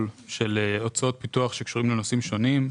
של הוצאות פיתוח שקשורות לנושאים שונים.